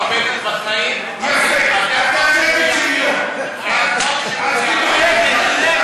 אם היא עובדת בחיים, אז אין חוק שמונע ממנה.